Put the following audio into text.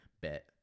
Bet